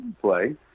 play